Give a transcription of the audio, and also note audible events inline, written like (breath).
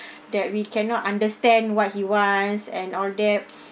(breath) that we cannot understand what he wants and all that